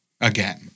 Again